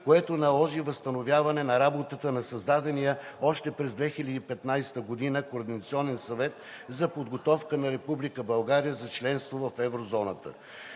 което наложи възстановяване на работата на създадения още през 2015 г. Координационен съвет за подготовка на Република България за членство в еврозоната.